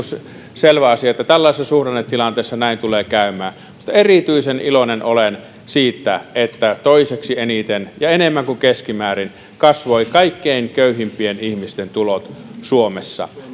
selvä asia että tällaisessa suhdannetilanteessa näin tulee käymään erityisen iloinen olen siitä että toiseksi eniten ja enemmän kuin keskimäärin kasvoivat kaikkein köyhimpien ihmisten tulot suomessa